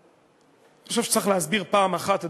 אני חושב שצריך להסביר פעם אחת,